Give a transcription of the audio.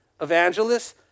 evangelists